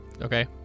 Okay